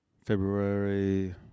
February